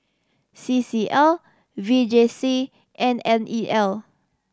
C C L V J C and N E L